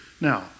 Now